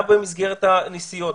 גם במסגרת נסיעות,